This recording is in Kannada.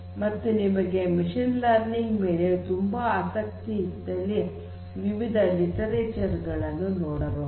ಮತ್ತು ನಿಮಗೆ ಮಷೀನ್ ಲರ್ನಿಂಗ್ ಮೇಲೆ ತುಂಬಾ ಆಸಕ್ತಿ ಇದ್ದಲ್ಲಿ ವಿವಿಧ ಲಿಟರೇಚರ್ ಅನ್ನು ನೋಡಬಹುದು